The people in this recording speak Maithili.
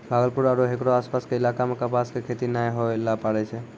भागलपुर आरो हेकरो आसपास के इलाका मॅ कपास के खेती नाय होय ल पारै छै